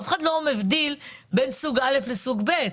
אף אחד לא מבדיל בין סוג א' לבין סוג ב'.